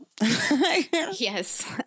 Yes